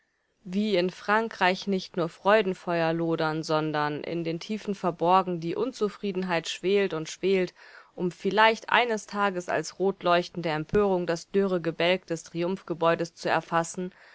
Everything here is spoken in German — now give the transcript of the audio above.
wie in frankreich nicht nur freudenfeuer lodern sondern in den tiefen verborgen die unzufriedenheit schwelt und schwelt um vielleicht eines tages als rotleuchtende empörung das dürre gebälk des triumphgebäudes zu erfassen